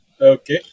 Okay